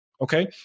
okay